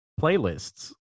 playlists